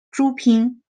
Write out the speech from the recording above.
drooping